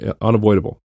unavoidable